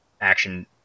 action